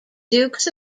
dukes